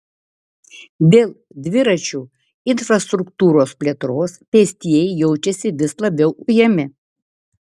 dėl dviračių infrastruktūros plėtros pėstieji jaučiasi vis labiau ujami